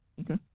Okay